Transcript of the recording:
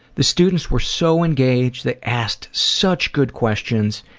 the students were so engaged. they asked such good questions.